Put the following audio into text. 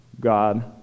God